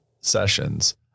sessions